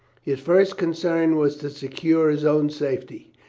his first concern was to secure his own safety.